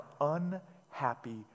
unhappy